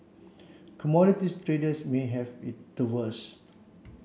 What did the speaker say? commodities traders may have it the worst